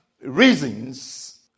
reasons